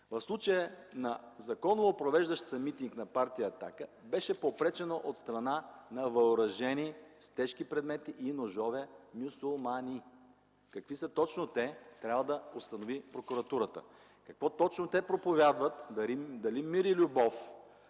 в случая на законно провеждащ се митинг на Партия „Атака” беше попречено от страна на въоръжени с тежки предмети и ножове мюсюлмани. Какви са точно те – трябва да установи прокуратурата. Какво точно те проповядват? Дали мир или любов,